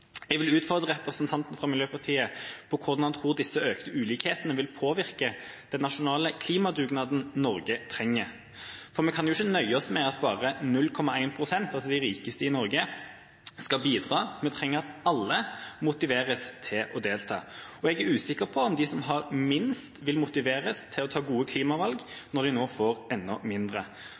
Jeg vil utfordre representanten fra Miljøpartiet De Grønne på hvordan han tror disse økte ulikhetene vil påvirke den nasjonale klimadugnaden Norge trenger. Vi kan jo ikke nøye oss med at bare 0,1 pst., altså de rikeste i Norge, skal bidra – vi trenger at alle motiveres til å delta. Jeg er usikker på om de som har minst, vil motiveres til å ta gode klimavalg når de nå får enda mindre.